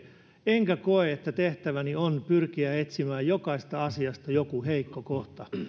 enkä koe että tehtäväni on pyrkiä etsimään jokaisesta asiasta joku heikko kohta